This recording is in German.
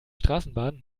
straßenbahn